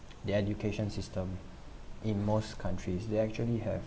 the education system in most countries they actually have